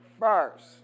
First